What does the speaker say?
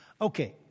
Okay